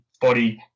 body